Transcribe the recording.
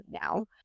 now